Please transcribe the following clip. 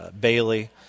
Bailey